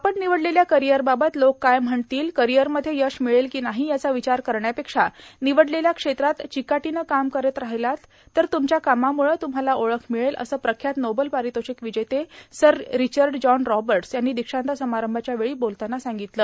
आपण निवडलेल्या र्कारअरबाबत लोक काय म्हणतील र्कारअरमध्ये यश मिळेल कां नाही याचा र्वावचार करण्यापेक्षा र्निवडलेल्या क्षेत्रात र्वाचकाटीनं काम करांत र्राहिलात तर त्मच्या कामामुळं तुम्हाला ओळख ामळेल असं प्रख्यात नोबल पार्ारतोषक ावजेते सर र्रारचड जॉन रॉबटस यांनी दक्षांत समारंभाच्या वेळी बोलताना सांगगतलं